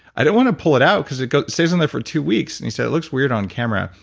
i didn't want to pull it out because it stays in there for two weeks. and he said, it looks weird on camera,